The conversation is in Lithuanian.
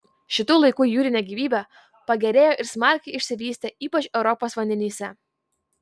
šitų laikų jūrinė gyvybė pagerėjo ir smarkiai išsivystė ypač europos vandenyse